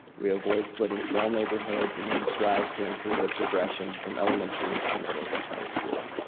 we avoid splitting small neighborhoods. and then strive to improve the progression from elementary to middle to high school.